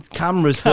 cameras